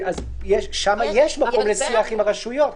שם יש מקום לשיח עם הרשויות,